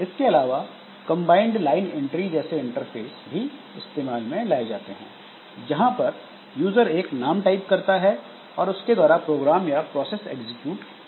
इसके अलावा combined line entry जैसे इंटरफेस भी इस्तेमाल में लाए जाते हैं जहां पर यूजर एक नाम टाइप करता है और उसके द्वारा प्रोग्राम या प्रोसेस एग्जीक्यूट की जाती है